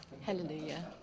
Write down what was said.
Hallelujah